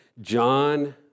John